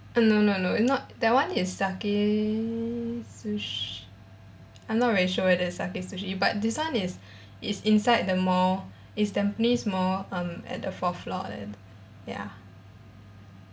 uh no no no not that one is sakae sush~ I'm not very sure whether it's sakae sushi but this one is is inside the mall is tampines mall um at the fourth floor err ya